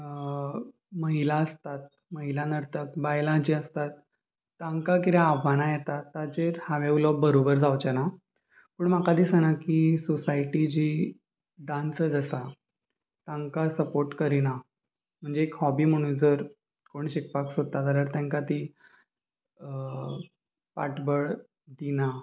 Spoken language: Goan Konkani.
महिला आसतात महिला नर्तक बायलां जीं आसतात तांकां कितें आव्हानां येता ताचेर हांवें उलोवप बरोबर जावचें ना पूण म्हाका दिसना की सोसायटी जी डांसर्स आसा तांकां सपोर्ट करिना म्हणजे एक हॉबी म्हणून जर कोण शिकपाक सोदता जाल्यार तांकां ती फाटबळ दिना